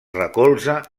recolza